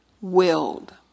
willed